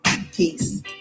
Peace